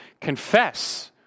confess